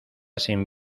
sin